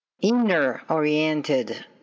inner-oriented